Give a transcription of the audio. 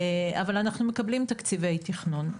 אבל אנחנו מקבלים תקציבי תכנון.